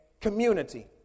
community